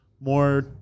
more